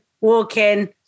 walking